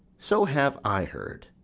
so have i heard,